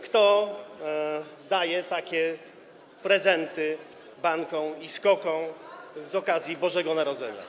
Kto daje takie prezenty bankom i SKOK-om z okazji Bożego Narodzenia?